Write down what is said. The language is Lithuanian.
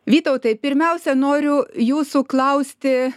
vytautai pirmiausia noriu jūsų klausti